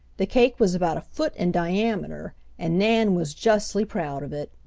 the cake was about a foot in diameter and nan was justly proud of it.